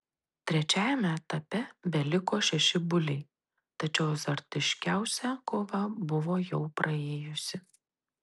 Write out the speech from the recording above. trečiajame etape beliko šeši buliai tačiau azartiškiausia kova buvo jau praėjusi